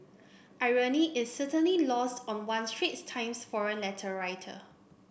irony is certainly lost on one Straits Times forum letter writer